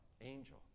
angel